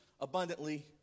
abundantly